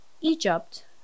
Egypt